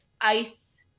ice